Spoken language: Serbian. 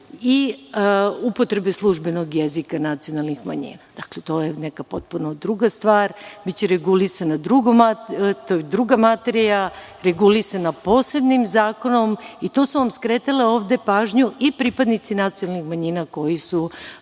i upotrebe službenog jezika nacionalnih manjina. To je neka potpuno druga stvar, druga materija regulisana posebnim zakonom. To su vam skretali ovde pažnju i pripadnici nacionalnih manjina koji su